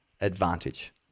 advantage